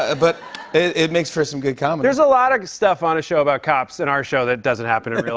ah but it makes for some good comedy. there's a lot of stuff on a show about cops in our show that doesn't happen in real